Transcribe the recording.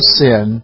sin